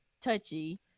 touchy